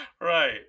Right